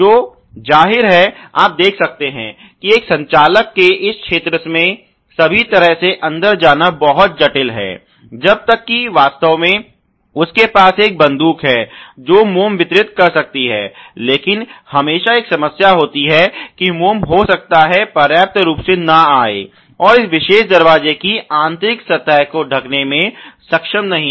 तो जाहिर है आप देख सकते हैं कि एक संचालक के लिए इस क्षेत्र में सभी तरह से अंदर जाना बहुत जटिल है जब तक कि वास्तव में उसके पास एक बंदूक है जो मोम वितरित कर सकती है लेकिन हमेशा एक समस्या होती है कि मोम हो सकता है पर्याप्त रूप से न आये और इस विशेष दरवाजे की आंतरिक सतह को ढकने में सक्षम नहीं हो